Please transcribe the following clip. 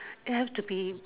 there have to be